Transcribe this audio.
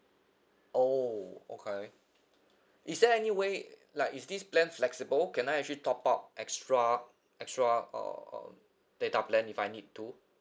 oh okay is there any way like is this plan flexible can I actually top up extra extra uh data plan if I need to